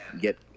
get